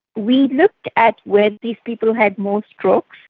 we looked at whether these people had more strokes.